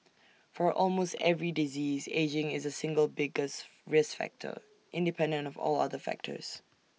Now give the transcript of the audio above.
for almost every disease ageing is the single biggest risk factor independent of all other factors